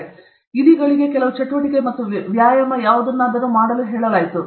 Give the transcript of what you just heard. ಆದ್ದರಿಂದ ಇಲಿಗಳಿಗೆ ಕೆಲವು ಚಟುವಟಿಕೆ ಅಥವಾ ವ್ಯಾಯಾಮ ಅಥವಾ ಯಾವುದನ್ನಾದರೂ ಮಾಡಲು ಕೇಳಲಾಯಿತು